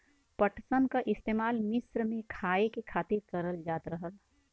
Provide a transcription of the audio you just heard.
पटसन क इस्तेमाल मिस्र में खाए के खातिर करल जात रहल